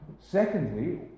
Secondly